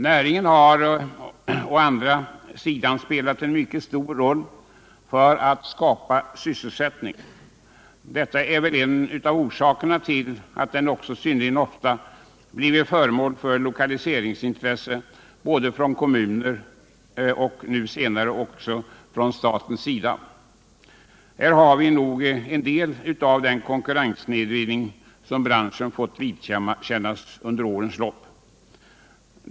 Näringen har å andra sidan spelat en mycket stor roll för att skapa sysselsättning. Detta är väl en av orsakerna till att den också synnerligen ofta blivit föremål för lokaliseringsintressen både från kommuner och nu även från statens sida. Här har vi någon del av den konkurrenssnedvridning som branschen fått vidkännas under årens lopp.